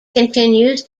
continues